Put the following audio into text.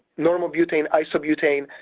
normal butane, isobutane,